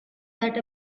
that